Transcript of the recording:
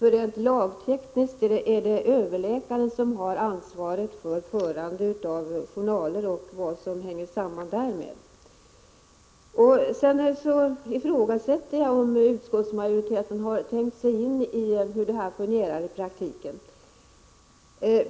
Rent lagtekniskt är det överläkaren som har ansvaret för förandet av journaler och vad som hänger samman därmed. Jag ifrågasätter om utskottsmajoriteten har tänkt sig in i hur det hela fungerar i praktiken.